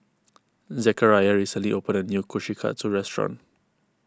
Zachariah recently opened a new Kushikatsu restaurant